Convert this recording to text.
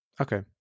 Okay